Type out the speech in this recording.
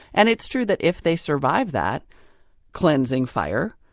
and it's true that if they survive that cleansing fire,